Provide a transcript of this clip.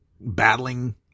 battling